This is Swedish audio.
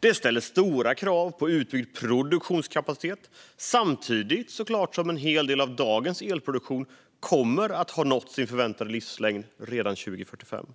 Det ställer stora krav på utbyggd produktionskapacitet samtidigt som en hel del av dagens elproduktion kommer att ha nått sin förväntade livslängd redan 2045.